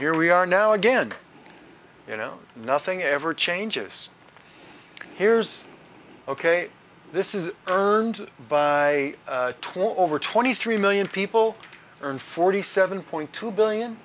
here we are now again you know nothing ever changes here's ok this is earned by twenty over twenty three million people earn forty seven point two billion